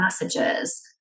messages